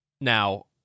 Now